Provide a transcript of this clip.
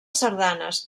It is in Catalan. sardanes